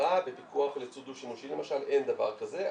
בשגרה בפיקוח --- דו שימושי למשל אין דבר כזה.